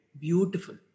Beautiful